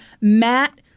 Matt